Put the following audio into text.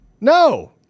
No